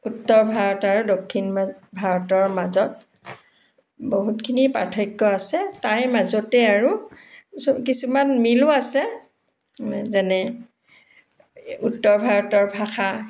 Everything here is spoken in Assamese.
উত্তৰ ভাৰত আৰু দক্ষিণ ভাৰতৰ মাজত বহুতখিনি পাৰ্থক্য আছে তাৰে মাজতে আৰু কিছু কিছুমান মিলো আছে যেনে উত্তৰ ভাৰতৰ ভাষা